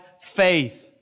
faith